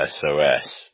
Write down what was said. SOS